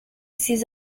ses